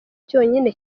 cyonyine